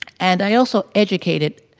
and i also educated